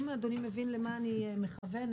אם אדוני מבין למה אני מכוונת,